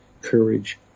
courage